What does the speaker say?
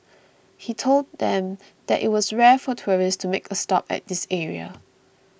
he told them that it was rare for tourists to make a stop at this area